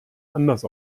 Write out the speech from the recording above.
anders